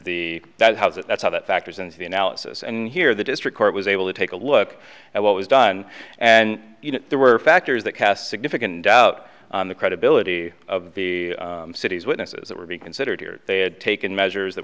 the that is how is it that's how that factors into the analysis and here the district court was able to take a look at what was done and you know there were factors that cast significant doubt on the credibility of the city's witnesses that would be considered they had taken measures that